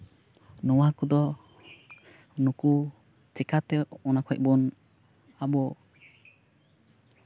ᱱᱚᱣᱟ ᱠᱚᱫᱚ ᱱᱩᱠᱩ ᱪᱤᱠᱟᱹᱛᱮ ᱚᱱᱟ ᱠᱷᱚᱡ ᱵᱚᱱ ᱟᱵᱚ